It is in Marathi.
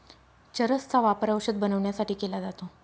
चरस चा वापर औषध बनवण्यासाठी केला जातो